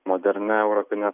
modernia europine